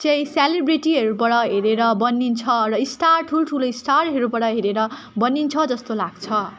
चाहिँ सेलिब्रिटीहरूबाट हेरेर बनिन्छ र स्टार ठुलठुलो स्टारहरूबाट हेरेर बनिन्छ जस्तो लाग्छ